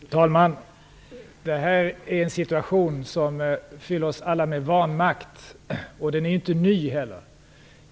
Fru talman! Det här är en situation som fyller oss alla med vanmakt. Situationen är inte heller ny.